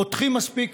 בוטחים מספיק